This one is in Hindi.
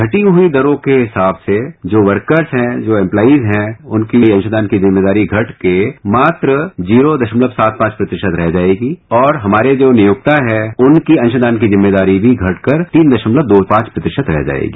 घटी हुई दरों के हिसाब से जो वर्कर्स हैं जो इम्पलाइज हैं उनके लिए अंशदान की जिम्मेदारी घटकर मात्र जीरो दशमलव सात पांच प्रतिशत रह जाएगी और हमारे जो नियोक्ता हैं उनकी अंरादान की जिम्मेदारी भी घटकर तीन दरामलव दो पांच प्रतिशत रह जाएगी